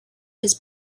his